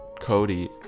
Cody